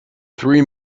three